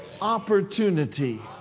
opportunity